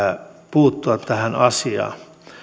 puuttua tähän asiaan